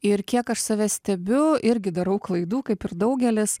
ir kiek aš save stebiu irgi darau klaidų kaip ir daugelis